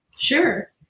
Sure